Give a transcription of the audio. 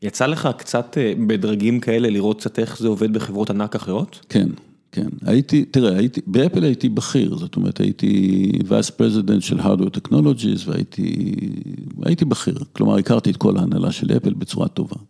יצא לך קצת בדרגים כאלה לראות קצת איך זה עובד בחברות ענק אחרות? כן, כן. הייתי, תראה, באפל הייתי בכיר, זאת אומרת, הייתי ויס פרזידנט של הרדר טכנולוגיז והייתי, הייתי בכיר. כלומר, הכרתי את כל ההנהלה של אפל בצורה טובה.